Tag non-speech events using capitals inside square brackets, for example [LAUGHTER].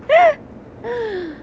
[NOISE]